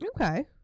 Okay